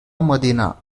medina